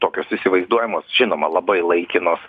tokios įsivaizduojamos žinoma labai laikinos